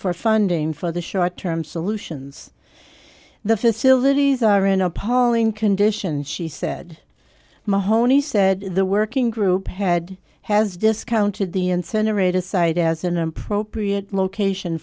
for funding for the short term solutions the facilities are an appalling condition she said mahoney said the working group had has discounted the incinerators site as an appropriate location